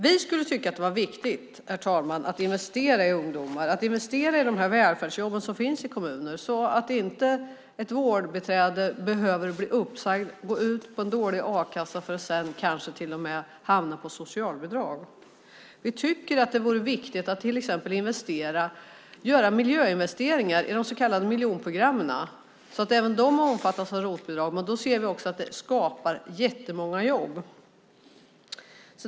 Vi tycker att det är viktigt, herr talman, att investera i ungdomar och att investera i de välfärdsjobb som finns i kommuner, så att inte ett vårdbiträde behöver bli uppsagd, få en dålig a-kassa för att sedan kanske till och med hamna i socialbidrag. Vi tycker att det är viktigt att till exempel göra miljöinvesteringar i de så kallade miljonprogrammen, att även de omfattas av ROT-avdrag. Då ser vi också att det skapar jättemånga jobb.